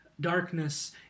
darkness